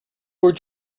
were